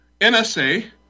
NSA